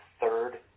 third